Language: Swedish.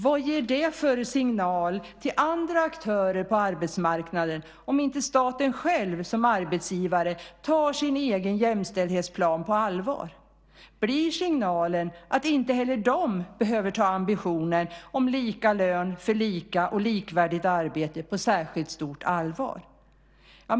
Vad ger det för signal till andra aktörer på arbetsmarknaden om inte staten själv som arbetsgivare tar sin egen jämställdhetsplan på allvar? Blir signalen att inte heller de behöver ta ambitionen om lika lön för lika och likvärdigt arbete på särskilt stort allvar?